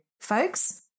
folks